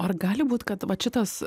ar gali būt kad vat šitas